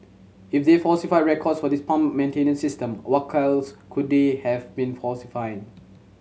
if they falsified records for this pump maintenance system what else could they have been falsifying